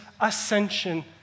ascension